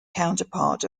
counterpart